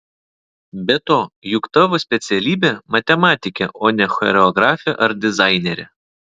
be to juk tavo specialybė matematikė o ne choreografė ar dizainerė